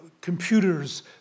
computers